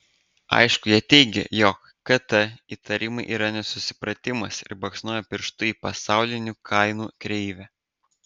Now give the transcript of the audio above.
aišku jie teigia jog kt įtarimai yra nesusipratimas ir baksnoja pirštu į pasaulinių kainų kreivę